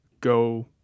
go